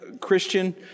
christian